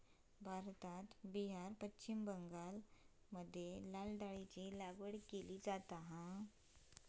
भारतात बिहार, पश्चिम बंगालमध्ये लाल डाळीची लागवड केली जाता